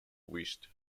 wished